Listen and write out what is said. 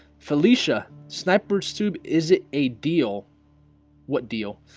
felicia snap burt's tube is it a deal what deal?